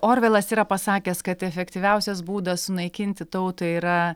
orvelas yra pasakęs kad efektyviausias būdas sunaikinti tautą yra